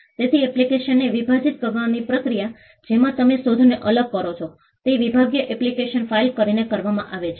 તેથી એપ્લિકેશનને વિભાજન કરવાની પ્રક્રિયા જેમાં તમે શોધને અલગ કરો છો તે વિભાગીય એપ્લિકેશન ફાઇલ કરીને કરવામાં આવે છે